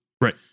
Right